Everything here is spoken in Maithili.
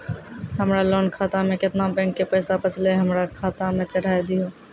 हमरा लोन खाता मे केतना बैंक के पैसा बचलै हमरा खाता मे चढ़ाय दिहो?